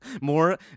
More